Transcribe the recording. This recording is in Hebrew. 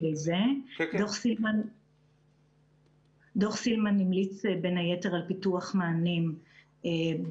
דוח סילמן המליץ בין היתר על פיתוח מענים רחבים